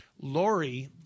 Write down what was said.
Lori